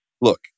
look